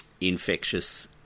infectious